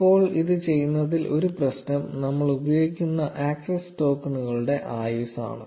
ഇപ്പോൾ ഇത് ചെയ്യുന്നതിൽ ഒരു പ്രശ്നം നമ്മൾ ഉപയോഗിക്കുന്ന ആക്സസ് ടോക്കണുകളുടെ ആയുസ്സ് ആണ്